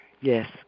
Yes